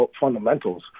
fundamentals